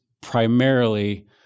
primarily